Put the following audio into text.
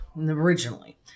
originally